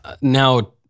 Now